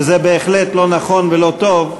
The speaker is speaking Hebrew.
שזה בהחלט לא נכון ולא טוב,